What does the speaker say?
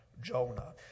Jonah